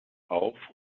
auf